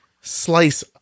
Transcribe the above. slice